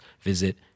visit